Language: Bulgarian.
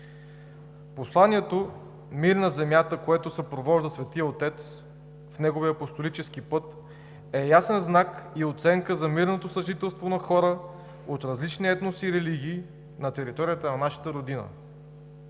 Посланието „мир на земята“, което съпровожда Светия отец в неговия апостолически път, е ясен знак и оценка за мирното съжителство на хора от различни етноси и религии на територията на нашата родина,